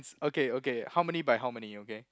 okay okay how many by how many okay